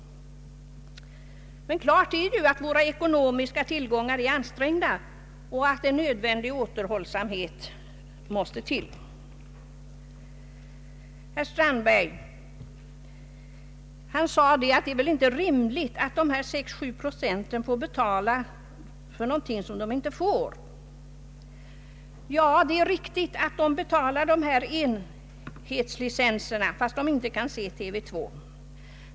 Klart är ju att våra ekonomiska tillgångar är ansträngda och att återhållsamhet är nödvändig. Herr Strandberg sade att det väl inte är rimligt att dessa sex å sju procent måste betala för någonting som de inte får. Det är riktigt att de betalar enhetslicenserna fast de inte kan se TV2.